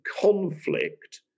conflict